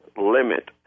Limit